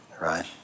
right